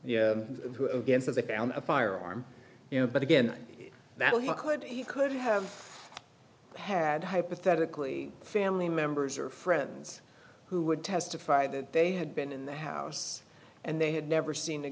who against as they found a firearm you know but again that he could he could have had hypothetically family members or friends who would testify that they had been in the house and they had never seen